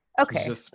Okay